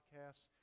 podcasts